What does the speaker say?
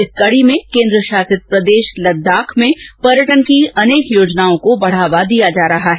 इस कड़ी में केन्द्रशासित प्रदेश लद्दाख में पर्यटन की अनेक योजनाओं को बढ़ावा दिया जा रहा है